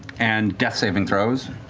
and death saving throws.